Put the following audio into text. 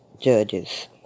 judges